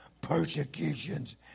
persecutions